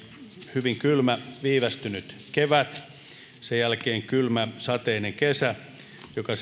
hyvin kylmä viivästynyt kevät sen jälkeen kylmä sateinen kesä joka